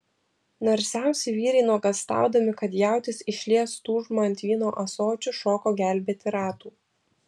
narsiausi vyrai nuogąstaudami kad jautis išlies tūžmą ant vyno ąsočių šoko gelbėti ratų